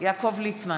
יעקב ליצמן,